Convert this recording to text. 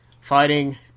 fighting